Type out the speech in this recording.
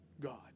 God